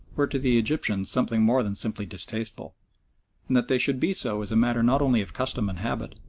were to the egyptians something more than simply distasteful and that they should be so is a matter not only of custom and habit,